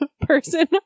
person